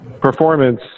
performance